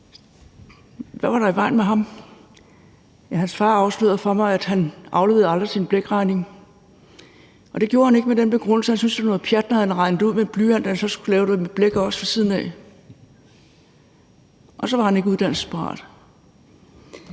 Hvad var der i vejen med ham? Ja, hans far afslørede for mig, at han aldrig afleverede sin blækregning, og det var med den begrundelse, at han syntes, det var noget pjat, når han kunne regne det ud med en blyant, at han så også skulle lave det med blæk ved siden af. Og så var han ikke uddannelsesparat.